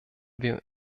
wir